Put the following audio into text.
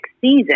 season